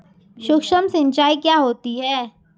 सुक्ष्म सिंचाई क्या होती है?